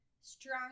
strong